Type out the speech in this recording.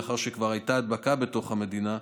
לאחר שכבר הייתה הדבקה בתוך המדינה,